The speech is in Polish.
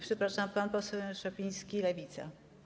Przepraszam, pan poseł Jan Szopiński, Lewica.